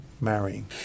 marrying